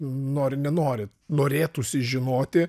nori nenori norėtųsi žinoti